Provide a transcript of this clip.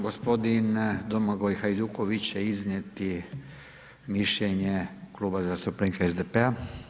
Gospodin Domagoj Hajduković će iznijeti mišljenje Kluba zastupnika SDP-a.